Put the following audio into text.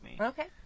Okay